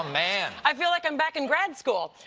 man. i feel like i'm back in grad school.